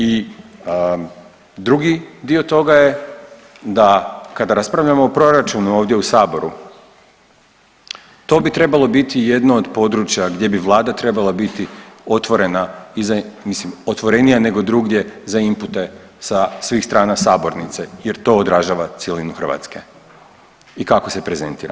I drugi dio toga je da kada raspravljamo o proračunu ovdje u saboru to bi trebalo biti jedno od područja gdje bi vlada trebala biti otvorena i za, mislim otvorenija nego drugdje za inpute sa svih strana sabornice jer to odražava cjelinu Hrvatske i kako se prezentiramo.